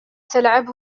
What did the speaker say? تلعب